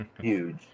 huge